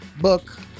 book